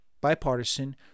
bipartisan